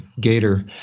Gator